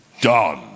done